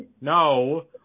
No